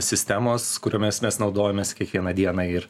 sistemos kuriomis mes naudojamės kiekvieną dieną ir